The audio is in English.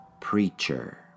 Preacher